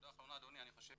נקודה אחרונה, אדוני, אני חושב